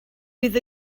bydd